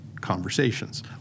conversations